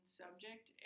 subject